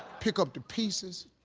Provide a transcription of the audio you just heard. pick up the pieces,